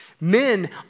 men